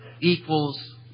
equals